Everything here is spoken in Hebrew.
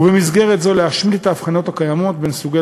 ובמסגרת זו להשמיט את ההבחנות הקיימות בין סוגי